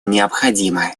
необходимо